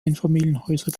einfamilienhäuser